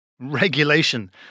Regulation